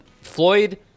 Floyd